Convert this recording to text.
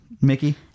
Mickey